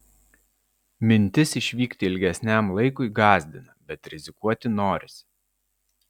mintis išvykti ilgesniam laikui gąsdina bet rizikuoti norisi